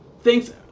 thanks